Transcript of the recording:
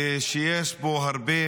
שיש בו הרבה